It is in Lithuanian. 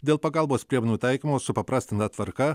dėl pagalbos priemonių taikymo supaprastinta tvarka